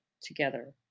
together